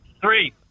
Three